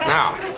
Now